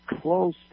close